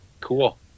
Cool